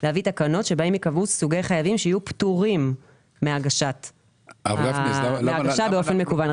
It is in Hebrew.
להביא תקנות שבהן ייקבעו סוגי חייבים שיהיו פטורים מהגשה באופן מקוון.